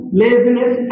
laziness